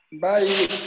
Bye